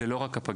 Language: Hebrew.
זאת לא רק הפגייה,